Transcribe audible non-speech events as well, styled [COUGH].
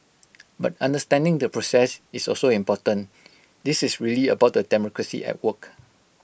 [NOISE] but understanding the process is also important this is really about the democracy at work